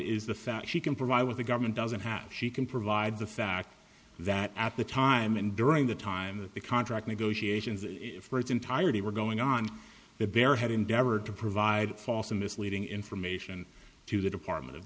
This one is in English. is the fact she can provide what the government doesn't have she can provide the fact that at the time and during the time that the contract negotiations for its entirety were going on the bear had endeavored to provide false and misleading information to the department of